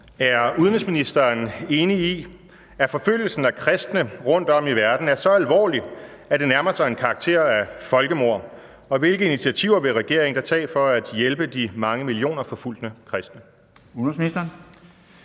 Er udenrigsministeren enig i, at forfølgelsen af kristne rundtom i verden er så alvorlig, at det nærmer sig en karakter af folkemord, og hvilke initiativer vil regeringen da tage for at hjælpe de mange millioner forfulgte kristne? Formanden